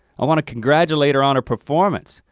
i wanna congratulate her on her performance.